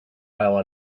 while